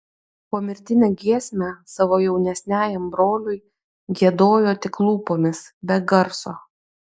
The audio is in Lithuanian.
pomirtinę giesmę savo jaunesniajam broliui giedojo tik lūpomis be garso